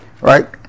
right